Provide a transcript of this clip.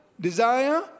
desire